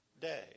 day